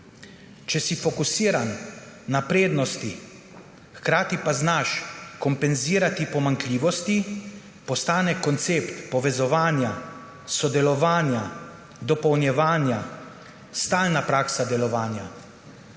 Če si fokusiran na prednosti, hkrati pa znaš kompenzirati pomanjkljivosti, postane koncept povezovanja, sodelovanja, dopolnjevanja stalna praksa delovanja